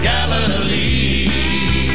Galilee